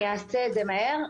אעשה את זה מהר.